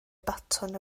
baton